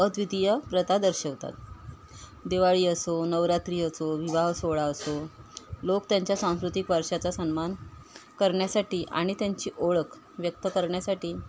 अद्वितीय प्रथा दर्शवतात दिवाळी असो नवरात्री असो विवाह सोहळा असो लोक त्यांच्या सांस्कृतिक वर्षाचा सन्मान करण्यासाठी आणि त्यांची ओळख व्यक्त करण्यासाठी